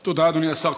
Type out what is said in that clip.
תודה, אדוני השר.